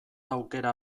aukera